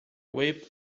way